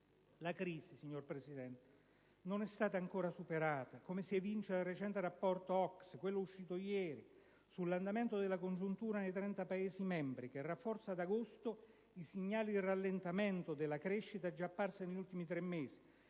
La crisi, signor Presidente, non è stata ancora superata, come si evince dal più recente rapporto OCSE, pubblicato ieri, sull'andamento della congiuntura nei 30 Paesi membri, che ad agosto evidenzia il rafforzamento dei segnali di rallentamento della crescita già apparsi negli ultimi tre mesi,